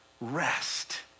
rest